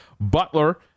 Butler